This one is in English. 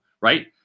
right